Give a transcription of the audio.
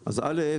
אז א',